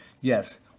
Yes